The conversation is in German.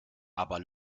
aber